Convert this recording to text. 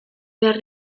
behar